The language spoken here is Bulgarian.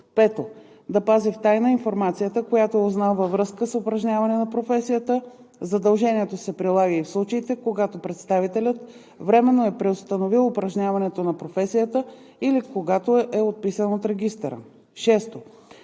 5. да пази в тайна информацията, която е узнал във връзка с упражняване на професията; задължението се прилага и в случаите, когато представителят временно е преустановил упражняването на професията или когато е отписан от регистъра; 6.